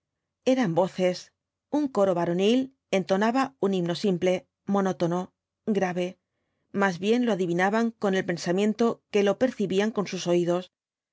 eran voces un coro varonil entonaba un himno simple monótono grave más bien lo adivinaban con el pensamiento que lo percibían con sus oídos